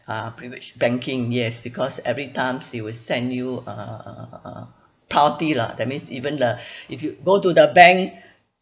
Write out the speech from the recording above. uh privilege banking yes because every times they will send you uh uh uh priority lah that means even the if you go to the bank